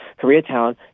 Koreatown